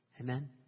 Amen